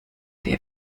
der